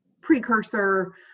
precursor